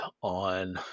on